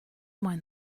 mind